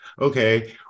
okay